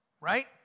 right